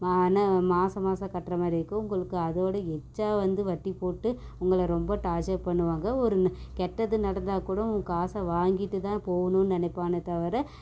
மாத மாதம் கட்டுற மாதிரி இருக்கும் உங்களுக்கு அதோட எக்ச்ட்டாக வந்து வட்டி போட்டு உங்களை ரொம்ப டார்ச்சர் பண்ணுவாங்க ஒரு கெட்டது நடந்தா கூடோம் காசை வாங்கிவிட்டு தான் போவணுன்னு நினப்பானே தவிர